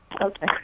Okay